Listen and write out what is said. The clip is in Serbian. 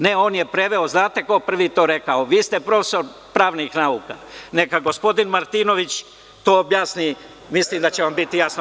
Ne, on je preveo, znate ko je to prvi rekao, vi ste profesor pravnih nauka, neka gospodin Martinović to objasni, mislim da će vam biti jasno.